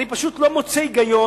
אני פשוט לא מוצא היגיון.